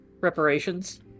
reparations